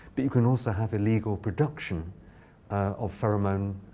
but you can also have illegal production of pheromone.